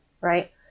Right